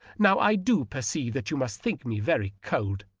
now i do perceive that you must think me very cold,